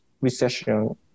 recession